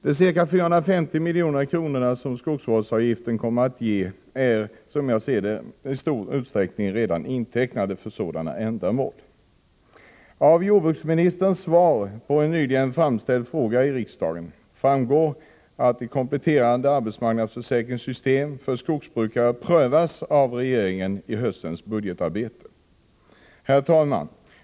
De ca 450 milj.kr. som skogsvårdsavgiften kommer att ge är, som jag ser det, i stor utsträckning redan intecknade för sådana ändamål. Av jordbruksministerns svar på en nyligen framställd fråga här i riksdagen framgår att frågan om ett kompletterande arbetsmarknadsförsäkringssystem för skogsbrukare prövas av regeringen vid höstens budgetarbete. Herr talman!